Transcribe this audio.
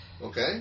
Okay